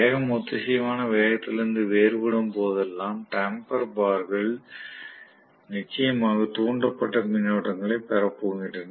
வேகம் ஒத்திசைவான வேகத்திலிருந்து வேறுபடும் போதெல்லாம் டம்பர் பார்கள் நிச்சயமாக தூண்டப்பட்ட மின்னோட்டங்களை பெறப் போகின்றன